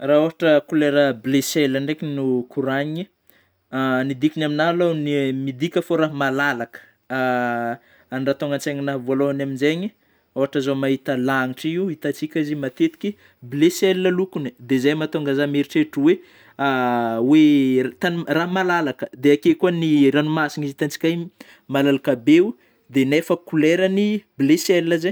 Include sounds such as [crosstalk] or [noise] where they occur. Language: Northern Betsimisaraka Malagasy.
Raha ôhatra kolera bleu ciel ndraiky no koragny [hesitation] ny dikany aminahy aloha ny [hesitation] midika fô raha malalaka [hesitation] ny raha tonga an-tsaigninahy voalohany amin'izaigny ôhatra zao mahita lanitra io itantsika izy io matetiky bleu ciel lokony dia izay mahatonga zaho miheritreritra hoe [hesitation] hoe tany- raha malalaka dia akeo koa ny ranomasigna izy itantsika io malalaka be o dia nefa kolerany bleu ciel zay.